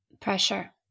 Pressure